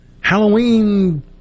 Halloween